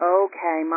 okay